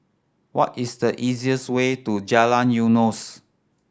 what is the easiest way to Jalan Eunos